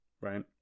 right